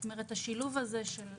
זאת אומרת: בשילוב עם הנושא הרגשי-חברתי.